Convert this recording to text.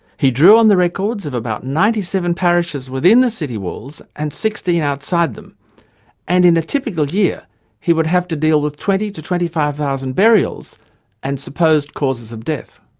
he drew on the records of about ninety seven parishes within the city walls and sixteen outside them and in a typical year he would have to deal with twenty thousand to twenty five thousand burials and supposed causes of death.